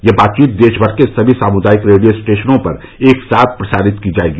यह बातचीत देशभर के सभी सामुदायिक रेडियो स्टेशनों पर एक साथ प्रसारित की जाएगी